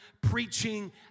preaching